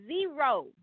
zero